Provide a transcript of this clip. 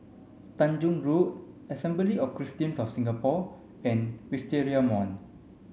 Tanjong Rhu Assembly of Christians of Singapore and Wisteria Mall